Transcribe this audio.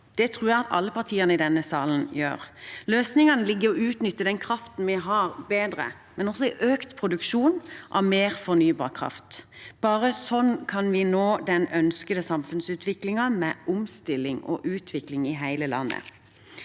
Det tror jeg alle partiene i denne salen gjør. Løsningen ligger i bedre å utnytte den kraften vi har, men også i økt produksjon av fornybar kraft. Bare sånn kan vi nå den ønskede samfunnsutviklingen, med omstilling og utvikling i hele landet.